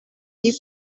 sie